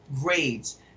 grades